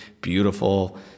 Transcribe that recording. beautiful